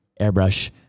airbrush